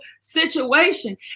situation